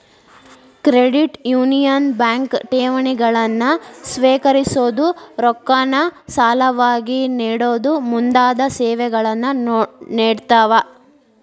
credit union bank ಠೇವಣಿಗಳನ್ನ ಸ್ವೇಕರಿಸೊದು, ರೊಕ್ಕಾನ ಸಾಲವಾಗಿ ನೇಡೊದು ಮುಂತಾದ ಸೇವೆಗಳನ್ನ ನೇಡ್ತಾವ